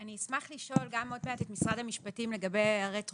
אני אשמח לשאול גם עוד מעט את משרד המשפטים לגבי הרטרואקטיביות.